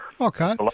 Okay